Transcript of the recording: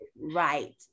right